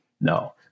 no